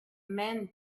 men